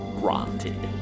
granted